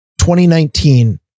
2019